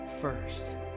first